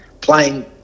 playing